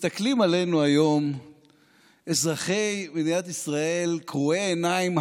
מסתכלים עלינו היום אזרחי מדינת ישראל קרועי עיניים,